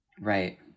Right